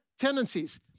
tendencies